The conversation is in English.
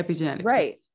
Right